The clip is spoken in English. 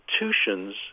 institutions